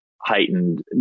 heightened